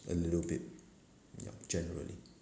a little bit ya generally